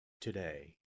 today